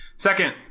Second